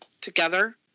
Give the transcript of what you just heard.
together